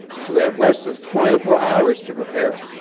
so they have less than twenty four hours to prepare.